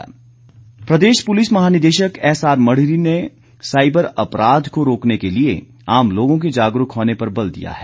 अपराध प्रदेश पुलिस महानिदेशक एसआर मरढ़ी ने साईबर अपराध को रोकने के लिए आम लोगों के जागरूक होने पर बल दिया है